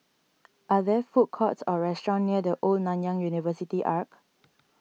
are there food courts or restaurants near the Old Nanyang University Arch